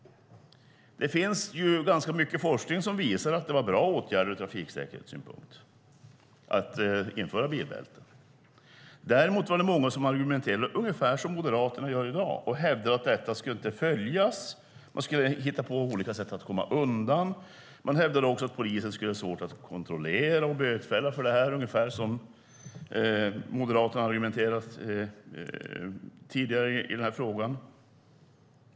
Det finns ganska mycket forskning som visar att det var bra åtgärder ur trafiksäkerhetssynpunkt att införa lag att använda bilbälten. Däremot var det många som argumenterade ungefär som Moderaterna gör i dag. De hävdade att det inte skulle följas och att människor skulle hitta på olika sätt att komma undan. De hävdade också att polisen skulle få svårt att kontrollera och bötfälla för detta. Det är ungefär som Moderaterna argumenterat tidigare i den här frågan.